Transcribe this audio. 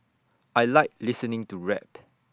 I Like listening to rap